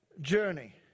journey